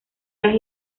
las